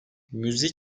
müzik